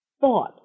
thought